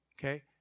Okay